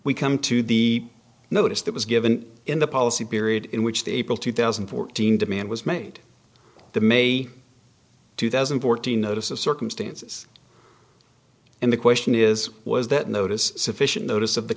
we come to the notice that was given in the policy period in which the april two thousand and fourteen demand was made the may two thousand and fourteen notice of circumstances and the question is was that notice sufficient notice of the